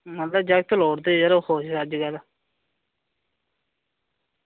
मतलब जागत लोड़दे खुश अज्जकल